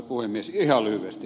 totean ed